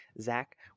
Zach